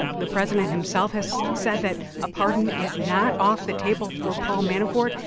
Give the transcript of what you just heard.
ah the president himself has said that a pardon is not off the table for paul manafort.